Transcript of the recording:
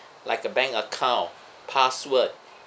like a bank account password